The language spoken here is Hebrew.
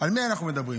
על מי אנחנו מדברים?